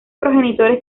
progenitores